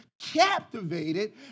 captivated